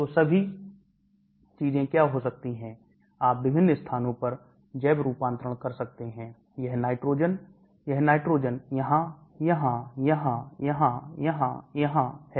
तो सभी चीजें क्या हो सकती हैं आप विभिन्न स्थानों पर जैव रूपांतरण कर सकते हैं यह नाइट्रोजन यह नाइट्रोजन यहां यहां यहां यहां यहां यहां है